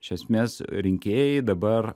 iš esmės rinkėjai dabar